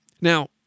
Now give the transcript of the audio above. Now